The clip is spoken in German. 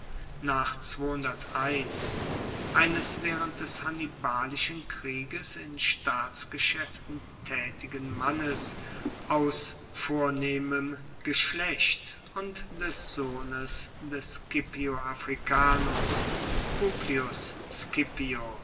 eines waehrend des hannibalischen krieges in staatsgeschaeften taetigen mannes aus vornehmem geschlecht und des sohnes des scipio africanus publius